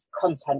content